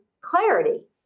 clarity